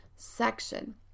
section